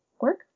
work